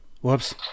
Whoops